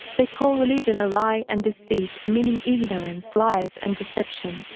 they call religion a lie and deceit, meaning ignorance, lies and deception.